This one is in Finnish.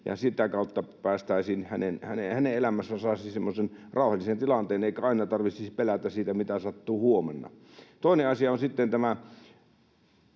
ja sitä kautta päästäisiin siihen, että hänen elämänsä saisi semmoisen rauhallisen tilanteen, eikä aina tarvitsisi pelätä sitä, mitä sattuu huomenna. Toinen asia on tämä